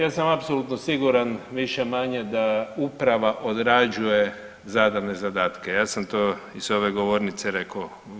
Ja sam apsolutno siguran više-manje da uprava odrađuje zadane zadatke, ja sam to i s ove govornice rekao.